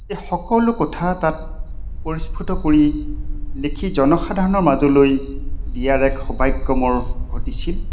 এই সকলো কথা তাত পৰিস্ফুত কৰি লিখি জনসাধাৰণৰ মাজলৈ দিয়াৰ এক সৌভাগ্য মোৰ ঘটিছিল